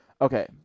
Okay